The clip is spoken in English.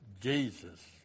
Jesus